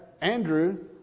Andrew